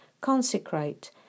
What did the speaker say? consecrate